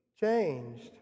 changed